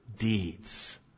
deeds